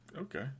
Okay